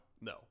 No